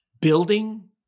building